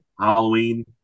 Halloween